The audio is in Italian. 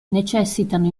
necessitano